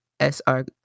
sr